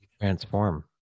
transform